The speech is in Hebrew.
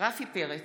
רפי פרץ,